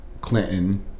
Clinton